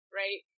right